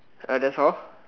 uh that's all